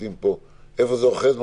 איפה זה אוחז?